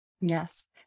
Yes